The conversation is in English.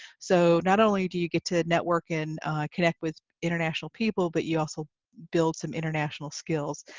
so, not only do you get to network and connect with international people, but you also build some international skills.